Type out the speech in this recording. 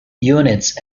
units